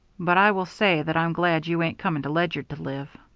but i will say that i'm glad you ain't coming to ledyard to live.